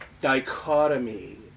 dichotomy